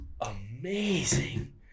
amazing